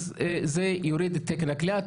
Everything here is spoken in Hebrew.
אז זה יוריד את תקן הכליאה.